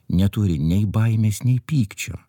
neturi nei baimės nei pykčio